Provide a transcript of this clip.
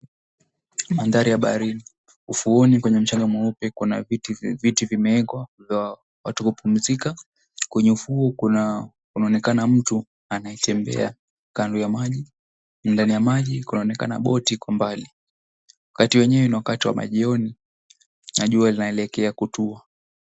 Mandhari ya baharini, ufuoni kwenye mchanga mweupe kuna viti vimeekwa vya watu kupumzika, kwenye ufuo kunaonekana mtu anayetembea kando ya maji, ndani ya maji kunaonekana boti iko mbali ni wakati wenyewe ni wakati wa jioni na jua linaelekea kutua.